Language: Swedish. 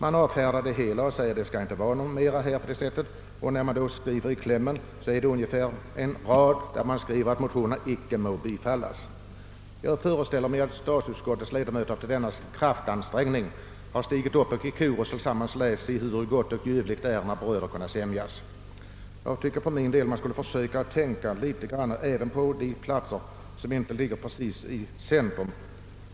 I klämmen avfärdas det hela på ungefär en rad med hemställan om att motionerna icke må bifallas. Jag föreställer mig att statsutskottets ledamöter efter denna kraftansträngning stigit upp och i korus sagt: Se hur gott och ljuvligt det är när bröder sämjas. För min del tycker jag att man skulle försöka tänka litet grand på de platser som inte ligger alldeles i centrum.